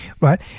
right